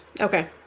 Okay